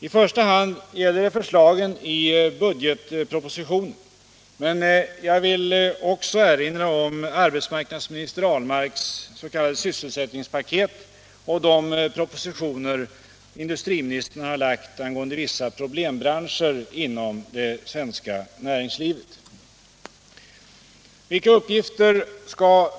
I första hand gäller det förslagen i budgetpropositionen, men jag vill också erinra om arbetsmarknadsminister Ahlmarks s.k. sysselsättningspaket och de propositioner som industriministern har lagt fram angående vissa problembranscher inom det svenska näringslivet.